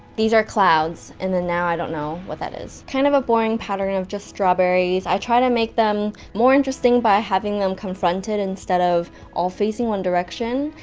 these are clouds, and then now i don't know. know. what that is. kind of a boring pattern of just strawberries. i tried to make them more interesting by having them confronted instead of all facing one direction,